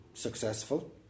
successful